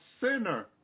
sinner